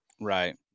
Right